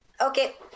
Okay